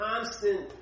constant